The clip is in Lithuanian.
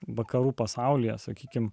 vakarų pasaulyje sakykime